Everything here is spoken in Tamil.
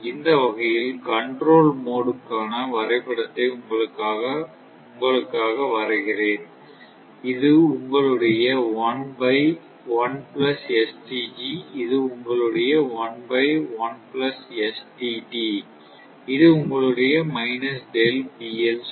இந்த வகையில் கண்ட்ரோல் மோட் க்கான வரைபடத்தை உங்களுக்காக வருகிறேன் இது உங்களுடைய இது உங்களுடைய இது உங்களுடைய சுமை